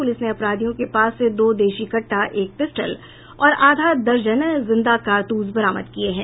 police ने अपराधियों के पास से दो देशी कट्टा एक पिस्टल और आधा दर्जन जिंदा कारतूस बरामद किये हैं